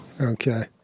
Okay